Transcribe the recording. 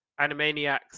Animaniacs